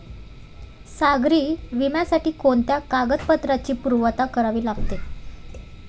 सागरी विम्यासाठी कोणत्या कागदपत्रांची पूर्तता करावी लागते?